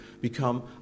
become